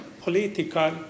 political